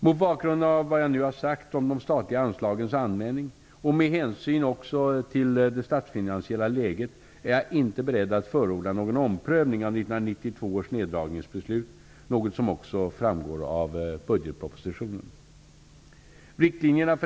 Mot bakgrund av vad jag nu har sagt om de statliga anslagens användning och med hänsyn också till det statsfinansiella läget är jag inte beredd att förorda någon omprövning av 1992 års neddragningsbeslut, något som också framgår av budgetpropositionen.